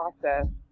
process